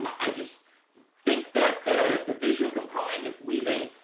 i just think that the the visual component of weaving,